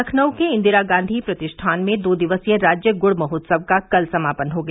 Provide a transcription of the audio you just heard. लखनऊ के इन्दिरा गांधी प्रतिष्ठान में दो दिवसीय राज्य ग्र्ड महोत्सव का कल समापान हो गया